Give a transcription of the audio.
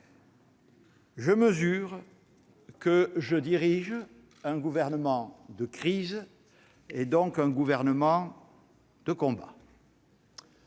Je mesure que je dirige un gouvernement de crise, donc un gouvernement de combat.